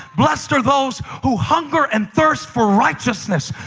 blessed are those who hunger and thirst for righteousness,